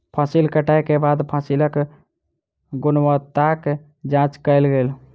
फसिल कटै के बाद फसिलक गुणवत्ताक जांच कयल गेल